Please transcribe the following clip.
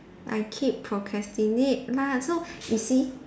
I keep procrastinate mah so you see